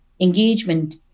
engagement